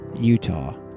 Utah